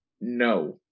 No